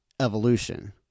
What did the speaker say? evolution